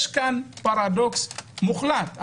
יש פה פרדוקס מוחלט.